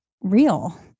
real